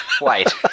wait